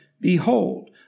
behold